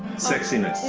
sexiness.